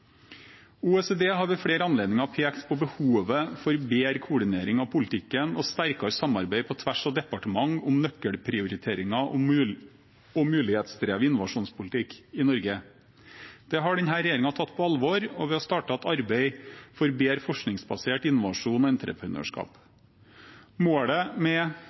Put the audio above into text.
OECD har ved flere anledninger pekt på behovet for bedre koordinering av politikken og sterkere samarbeid på tvers av departementer om nøkkelprioriteringer og mulighetsdrevet innovasjonspolitikk i Norge. Dette har denne regjeringen tatt på alvor, og vi har startet et arbeid for bedre forskningsbasert innovasjon og entreprenørskap. Målet med